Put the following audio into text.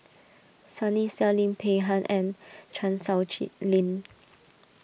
Sunny Sia Lim Peng Han and Chan Sow Chee Lin